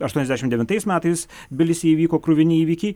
aštuoniasdešimt devintais metais tbilisyje įvyko kruvini įvykiai